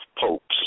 popes